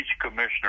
commissioner